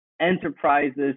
enterprises